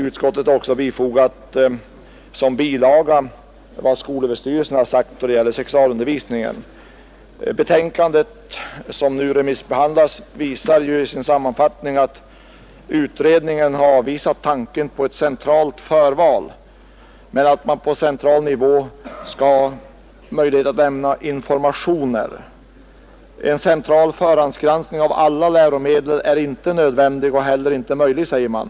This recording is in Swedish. Utskottet har också som bilaga till betänkandet fogat ett uttalande från skolöverstyrelsen angående sexualundervisningen. Det utredningsbetänkande som nu remissbehandlas visar i sammanfattningen att utredningen avvisat tanken på ett centralt förval men anser att det på central nivå bör finnas möjligheter att lämna information. En central förgranskning av alla läromedel är inte nödvändig och inte heller möjlig, säger man.